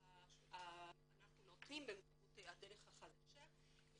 שאנחנו נותנים באמצעות "הדרך החדשה"